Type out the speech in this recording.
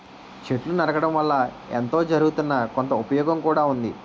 చెట్లు నరకడం వల్ల ఎంతో జరగుతున్నా, కొంత ఉపయోగం కూడా ఉంది